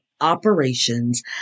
operations